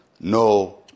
no